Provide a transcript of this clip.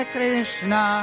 Krishna